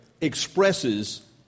expresses